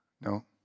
No